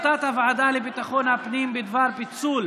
הצעת הוועדה לביטחון הפנים בדבר פיצול